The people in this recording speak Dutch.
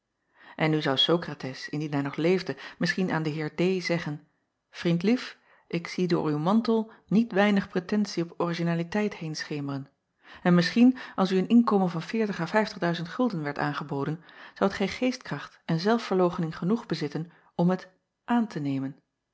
n nu zou okrates indien hij nog leefde misschien aan den eer zeggen vriendlief ik acob van ennep laasje evenster delen zie door uw mantel niet weinig pretensie op originaliteit heenschemeren en misschien als u een inkomen van veertig à vijftig duizend gulden werd aangeboden zoudt gij geestkracht en zelfverloochening genoeg bezitten om het aan te nemen